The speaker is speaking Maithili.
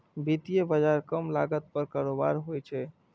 वित्तीय बाजार कम लागत पर कारोबार होइ छै